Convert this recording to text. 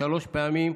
שלוש פעמים,